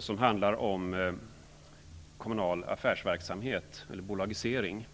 som handlar om kommunal affärsverksamhet eller bolagisering.